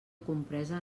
compresa